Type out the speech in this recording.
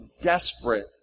desperate